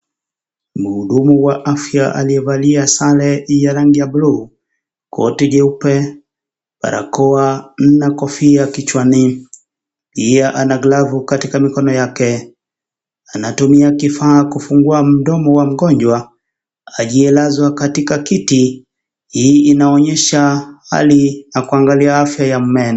Mhudumu wa afya aliyevalia zare ya rangi ya blue, koti cheupe barakoa na kofia kichwani, pia ana glavu katika mikono yake, anatumia kifaa kufungua mdomo wa mgonjwa aliyelazwa katika kiti hii inaonyesha hali ya kuangalia afya ya meno.